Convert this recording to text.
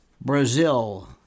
Brazil